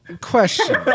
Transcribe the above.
question